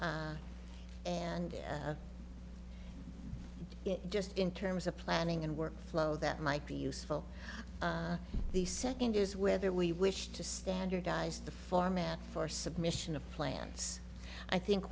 at and just in terms of planning and workflow that might be useful the second is whether we wish to standardize the format for submission of plants i think